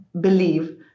believe